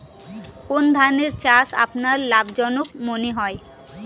কোন ধানের চাষ আপনার লাভজনক মনে হয়?